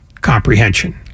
comprehension